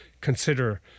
consider